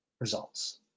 results